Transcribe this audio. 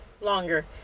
longer